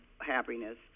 happiness